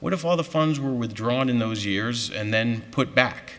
what if all the funds were withdrawn in those years and then put back